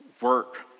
work